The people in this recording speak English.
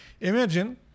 imagine